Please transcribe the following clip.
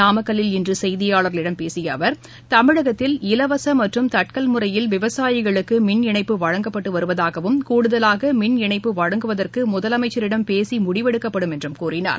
நாமக்கல்லில் இன்று செய்தியாளர்களிடம் பேசிய அவர் தமிழகத்தில் இலவச மற்றும் தட்கல் முறையில் விவசாயிகளுக்கு மின்இணைப்பு வழங்கப்பட்டு வருவதாகவும் கூடுதலாக மின்இணைப்பு வழங்குவதற்கு முதலமைச்சரிடம் பேசி முடிவெடுக்கப்படும் என்றும் கூறினார்